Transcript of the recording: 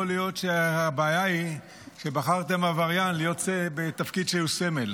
יכול להיות שהבעיה היא שבחרתם בעבריין להיות בתפקיד שהוא סמל.